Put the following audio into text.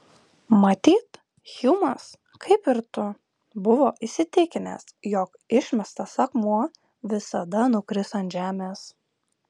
matyt hjumas kaip ir tu buvo įsitikinęs jog išmestas akmuo visada nukris ant žemės